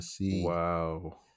Wow